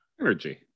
energy